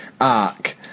arc